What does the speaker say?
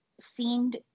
seemed